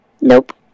Nope